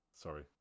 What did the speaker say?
Sorry